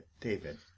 David